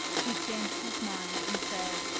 he changed his mind, and said,